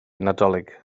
nadolig